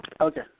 Okay